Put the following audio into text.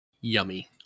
yummy